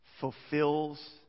fulfills